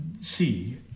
see